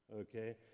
okay